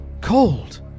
Cold